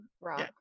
rock